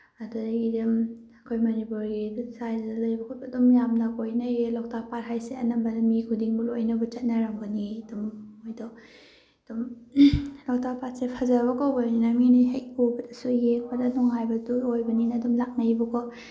ꯑꯗꯒꯤ ꯑꯗꯨꯝ ꯑꯩꯈꯣꯏ ꯃꯅꯤꯄꯨꯔꯒꯤ ꯁꯥꯏꯁꯤꯗ ꯂꯩꯕ ꯈꯣꯠꯄ ꯑꯗꯨꯝ ꯌꯥꯝꯅ ꯀꯣꯏꯅꯩꯌꯦ ꯂꯣꯛꯇꯥꯛ ꯄꯥꯠꯁꯦ ꯑꯅꯝꯕꯅ ꯃꯤ ꯈꯨꯗꯤꯡꯃꯛ ꯂꯣꯏꯅꯕ ꯆꯠꯅꯔꯕꯅꯤ ꯑꯗꯨꯝ ꯃꯣꯏꯗꯣ ꯑꯗꯨꯝ ꯂꯣꯛꯇꯥꯛ ꯄꯥꯠꯁꯦ ꯐꯖꯕ ꯀꯧꯕꯅꯤꯅ ꯃꯤꯅ ꯍꯦꯛ ꯎꯕꯗꯁꯨ ꯌꯦꯡꯕꯗ ꯅꯨꯡꯉꯥꯏꯕꯗꯨ ꯑꯣꯏꯕꯅꯤꯅ ꯑꯗꯨꯝ ꯂꯥꯛꯅꯩꯕꯀꯣ